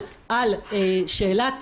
שביקש לקדם הוא חוק חברתי חשוב ואינו חוק פרסונלי,